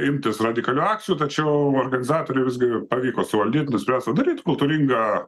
imtis radikalių akcijų tačiau organizatoriai visgi pavyko suvaldyt nuspręsta padaryt kultūringą